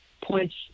points